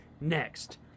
next